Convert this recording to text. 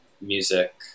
music